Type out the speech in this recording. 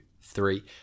three